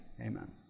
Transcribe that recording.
amen